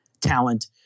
talent